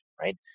right